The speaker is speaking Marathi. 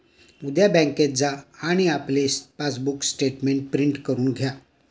उद्या बँकेत जा आणि आपले पासबुक स्टेटमेंट प्रिंट करून घ्या